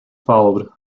followed